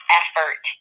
effort